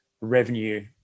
revenue